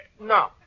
No